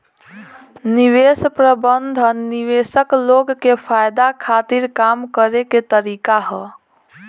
निवेश प्रबंधन निवेशक लोग के फायदा खातिर काम करे के तरीका ह